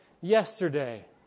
yesterday